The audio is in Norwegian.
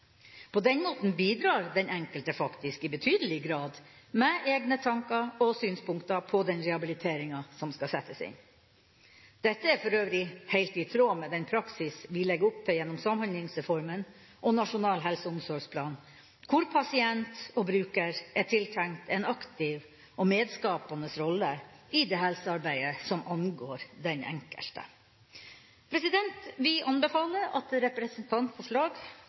På den måten bidrar den enkelte faktisk i betydelig grad med egne tanker og synspunkter på den rehabiliteringa som skal settes inn. Dette er for øvrig helt i tråd med den praksis vi legger opp til gjennom Samhandlingsreformen og Nasjonal helse- og omsorgsplan, hvor pasient og bruker er tiltenkt en aktiv og medskapende rolle i det helsearbeidet som angår den enkelte. Vi anbefaler at